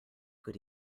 good